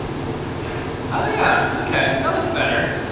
right don't do that. oh yeah, okay that looks better.